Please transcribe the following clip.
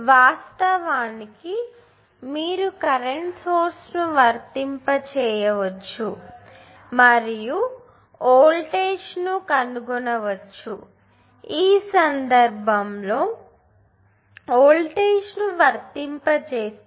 వాస్తవానికి మీరు current source ను వర్తింప చేయవొచ్చు మరియు వోల్టేజ్ను కనుగొనవచ్చు ఈ సందర్భంలో వోల్టేజ్ను వర్తింప చేస్తే